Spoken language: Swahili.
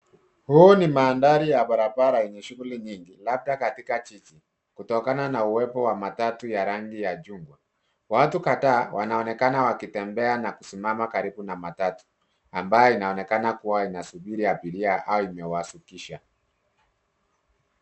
Huu ni mandhari ya barabara yenye shughuli nyingi labda katika jiji kutokana na uwepo wa matatu ya rangi ya chungwa. Watu kadhaa wanaonekana wakitembea na kusimama karibu na matatu ambayo inaonekana kuwa inasubiri abiria au imewashukisha.